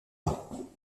pas